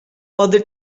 other